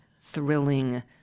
thrilling